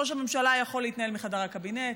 ראש הממשלה יכול להתנהל מחדר הקבינט,